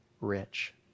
rich